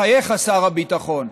בחייך, שר הביטחון,